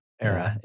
era